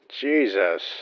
Jesus